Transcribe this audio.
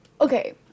okay